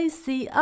see